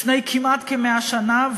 לפני כמעט 100 שנה,